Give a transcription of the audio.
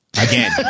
Again